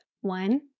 one